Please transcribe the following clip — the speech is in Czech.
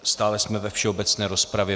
Stále jsme ve všeobecné rozpravě.